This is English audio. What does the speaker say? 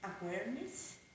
Awareness